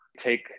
Take